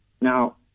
Now